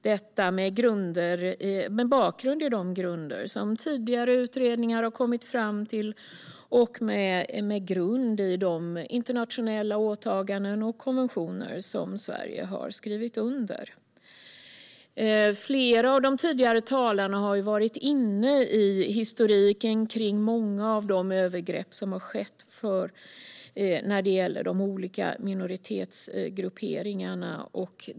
Det har man gjort med det som tidigare utredningar har kommit fram till och de internationella åtaganden och konventioner som Sverige har skrivit under som grund. Flera av de tidigare talarna har berört historiken kring många av de övergrepp som har skett när det gäller de olika minoritetsgrupperingarna.